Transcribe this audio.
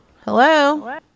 Hello